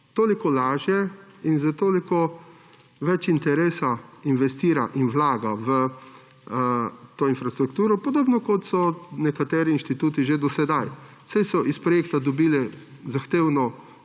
toliko lažje in s toliko več interesa investira in vlaga v to infrastrukturo. Podobno kot so nekateri inštituti že do sedaj, saj so iz projekta dobili zahtevno